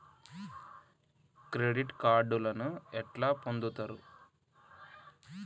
Credit కార్డులను ఎట్లా పొందుతరు?